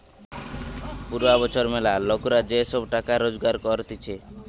পুরা বছর ম্যালা লোকরা যে সব টাকা রোজগার করতিছে